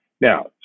Now